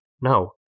No